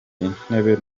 intebe